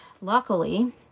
Luckily